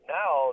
now